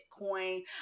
bitcoin